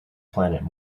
planet